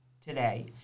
today